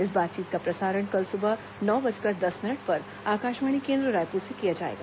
इस बातचीत का प्रसारण कल सुबह नौ बजकर दर्स मिनट पर आकाशवाणी केन्द्र रायपुर से किया जाएगा